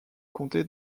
comté